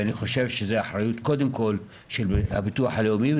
אני חושב שזה קודם כול אחריות של הביטוח הלאומי.